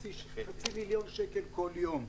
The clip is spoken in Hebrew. חצי מיליון שקל כל יום.